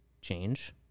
change